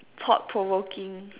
thought provoking